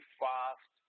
fast